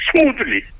smoothly